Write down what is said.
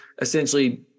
essentially